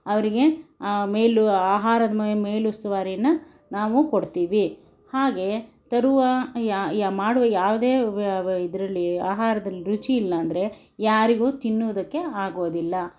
ಅವ್ರಿಗೆ ಮೇಲು ಆಹಾರದ ಮೇಲುಸ್ತುವಾರಿಯನ್ನು ನಾವು ಕೊಡ್ತೀವಿ ಹಾಗೆ ತರುವ ಯಾ ಯಾ ಮಾಡುವ ಯಾವುದೇ ವ್ಯ ವ್ಯ ಇದರಲ್ಲಿ ಆಹಾರದಲ್ಲಿ ರುಚಿ ಇಲ್ಲಾಂದ್ರೆ ಯಾರಿಗೂ ತಿನ್ನೋದಕ್ಕೆ ಆಗೋದಿಲ್ಲ